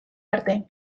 arte